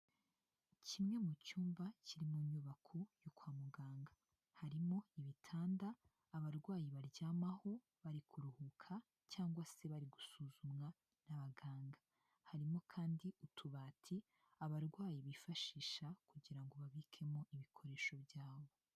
Kimwe mu cyumba kiri mu nyubako yo kwa muganga harimo ibitanda abarwayi baryamaho bari kuruhuka cyangwa se bari gusuzumwa n'abaganga, harimo kandi utubati abarwayi bifashisha kugira ngo babikemo ibikoresho byabo.